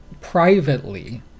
privately